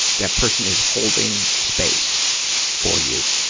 that person is holding space for you.